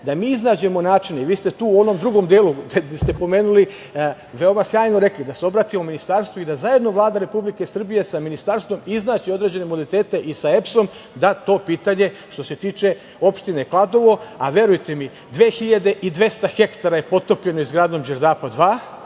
da mi iznađemo načine. Vi ste tu u onom drugom delu gde ste pomenuli i veoma sjajno rekli da se obratimo Ministarstvu i da zajedno Vlada Republike Srbije sa Ministarstvom iznađe određene modalitete i sa EPS-om da to pitanje, što se tiče opštine Kladovo… Verujte, 2.200 hektara je potopljeno izgradom Đerdapa II,